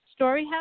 StoryHouse